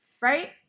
Right